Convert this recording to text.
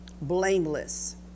blameless